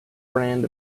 brand